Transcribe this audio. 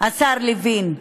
השר לוין,